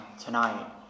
tonight